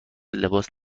لباس